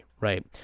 right